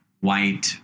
white